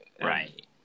right